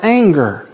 anger